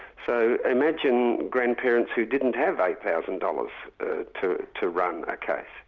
so imagine grandparents who didn't have eight thousand dollars to run a case.